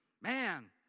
man